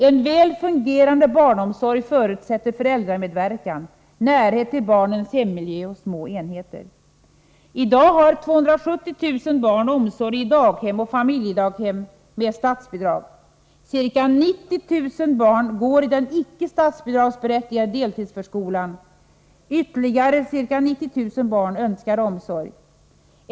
En väl fungerande barnomsorg förutsätter föräldramedverkan, närhet till barnets hemmiljö och små enheter. I dag har ca 270 000 barn omsorg i daghem och familjedaghem med statsbidrag. Ca 90 000 barn går i den icke statsbidragsberättigade deltidsförskolan. Ytterligare ca 90 000 barn önskar omsorg.